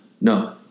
No